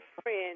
friend